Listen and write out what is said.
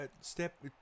step